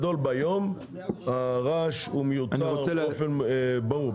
ביום הרעש הוא מיותר באופן ברור,